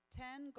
ten